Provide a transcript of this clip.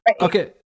Okay